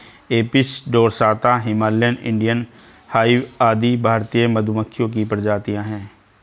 Apis dorsata, Himalayan, Indian hive आदि भारतीय मधुमक्खियों की प्रजातियां है